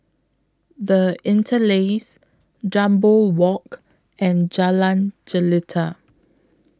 The Interlace Jambol Walk and Jalan Jelita